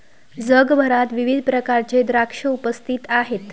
जगभरात विविध प्रकारचे द्राक्षे उपस्थित आहेत